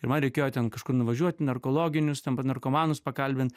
ir man reikėjo ten kažkur nuvažiuot į narkologinius ten narkomanus pakalbint